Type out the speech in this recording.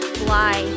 fly